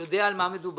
שיודע על מה מדובר.